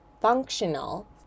functional